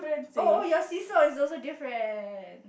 oh oh your see saw is also different